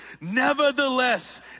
Nevertheless